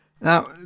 Now